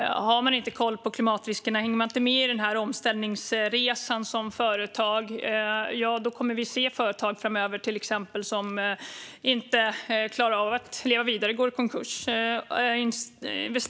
Om man som företagare inte har koll på klimatriskerna och inte hänger med i omställningsresan kommer vi framöver att se företag som inte klarar av att leva vidare och går i konkurs.